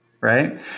Right